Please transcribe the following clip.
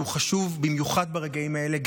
שהוא חשוב במיוחד ברגעים האלה,